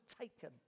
taken